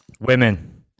women